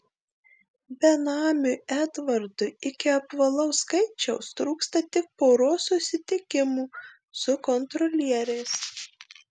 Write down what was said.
benamiui edvardui iki apvalaus skaičiaus trūksta tik poros susitikimų su kontrolieriais